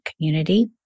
community